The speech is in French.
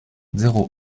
zéro